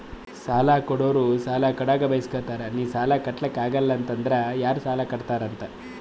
ಸಾಲಾ ಕೊಡೋರು ಸಾಲಾ ಕೊಡಾಗ್ ಬರ್ಸ್ಗೊತ್ತಾರ್ ನಿ ಸಾಲಾ ಕಟ್ಲಾಕ್ ಆಗಿಲ್ಲ ಅಂದುರ್ ಯಾರ್ ಕಟ್ಟತ್ತಾರ್ ಅಂತ್